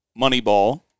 Moneyball